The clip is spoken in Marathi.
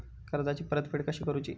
कर्जाची परतफेड कशी करुची?